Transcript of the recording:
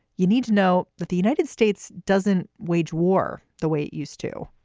you need to know that the united states doesn't wage war the way it used to